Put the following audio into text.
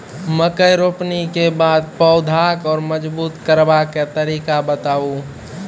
मकय रोपनी के बाद पौधाक जैर मजबूत करबा के तरीका बताऊ?